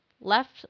left